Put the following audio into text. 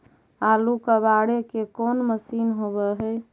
आलू कबाड़े के कोन मशिन होब है?